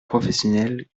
professionnel